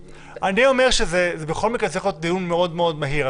אני אומר שבכל מקרה זה צריך להיות דיון מאוד מאוד מהיר.